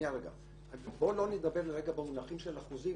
בוא לא נדבר רגע במונחים של אחוזים.